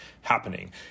happening